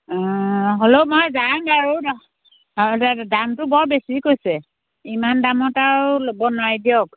হ'লেও মই যাম বাৰু হ'ব দামটো বৰ বেছি কৈছে ইমান দামত আৰু ল'ব নোৱাৰি দিয়ক